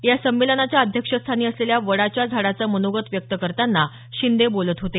या संमेलनाच्या अध्यक्षस्थानी असलेल्या वडाच्या झाडाचं मनोगत व्यक्त करताना शिंदे बोलत होते